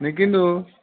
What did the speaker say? নিকিনো